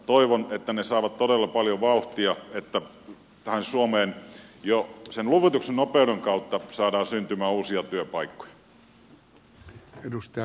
toivon että ne saavat todella paljon vauhtia että tänne suomeen jo sen luvituksen nopeuden kautta saadaan syntymään uusia työpaikkoja